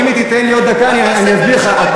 אם היא תיתן לי עוד דקה אני אסביר לך.